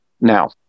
now